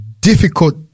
difficult